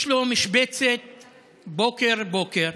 יש לו משבצת בוקר-בוקר,